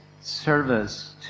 service